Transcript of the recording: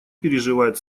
переживает